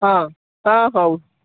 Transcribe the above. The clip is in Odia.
ହଁ ହଁ ହଉ